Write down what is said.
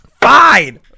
Fine